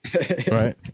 Right